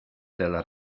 del